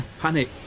Panic